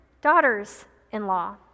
daughter's-in-law